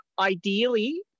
ideally